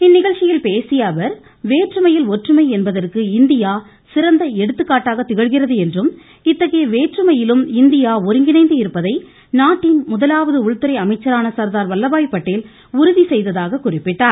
இந்நிகழ்ச்சியில் பேசிய அவர் வேற்றுமையில் ஒற்றுமை என்பதற்கு இந்தியா சிறந்த எடுத்துக்காட்டாக திகழ்கிறது என்றும் இத்தகைய வேற்றுமையிலும் இந்தியா ஒருங்கிணைந்து இருப்பதை நாட்டின் முதலாவது உள்துறை அமைச்சரான சர்தார் வல்லபாய் பட்டேல் உறுதி செய்ததாக குறிப்பிட்டார்